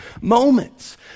moments